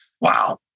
Wow